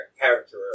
character